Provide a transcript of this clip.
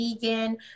vegan